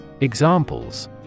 Examples